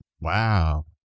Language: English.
Wow